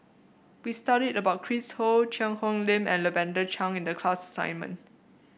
we studied about Chris Ho Cheang Hong Lim and Lavender Chang in the class assignment